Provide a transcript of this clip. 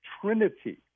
Trinity